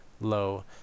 low